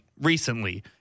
recently